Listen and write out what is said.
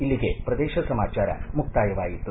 ಇಲ್ಲಿಗೆ ಪ್ರದೇಶ ಸಮಾಚಾರ ಮುಕ್ತಾಯವಾಯಿತು